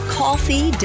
coffee